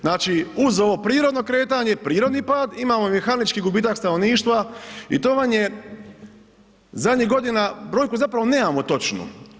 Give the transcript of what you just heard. Znači, uz ovo prirodno kretanje, prirodni pad imamo mehanički gubitak stanovništva i to vam je zadnjih godina brojku zapravo nemamo točnu.